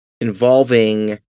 involving